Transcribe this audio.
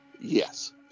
Yes